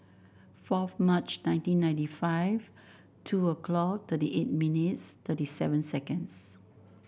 four March nineteen ninety five two o'clock thirty eight minutes thirty seven seconds